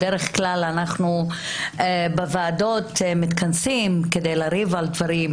בדרך כלל בוועדות אנחנו מתכנסים כדי לריב על דברים,